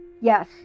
yes